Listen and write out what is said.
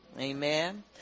Amen